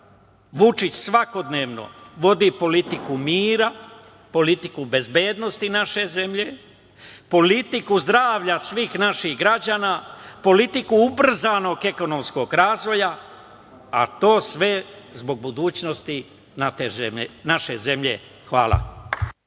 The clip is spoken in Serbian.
Vučić svakodnevno vodi politiku mira, politiku bezbednosti naše zemlje, politiku zdravlja svih naših građana, politiku ubrzanog ekonomskog razvoja, a to sve zbog budućnosti naše zemlje. Hvala.